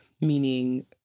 Meaning